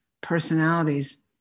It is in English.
personalities